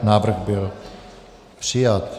Návrh byl přijat.